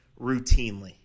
routinely